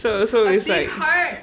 so so it's like